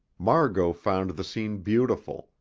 margot found the scene beautiful,